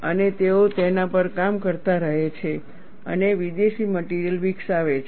અને તેઓ તેના પર કામ કરતા રહે છે અને વિદેશી મટિરિયલ વિકસાવે છે